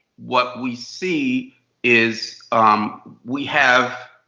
what we see is um we have